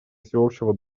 всеобщего